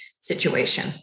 situation